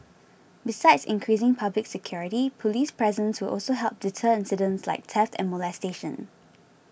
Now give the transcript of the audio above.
besides increasing public security police presence will also help deter incidents like theft and molestation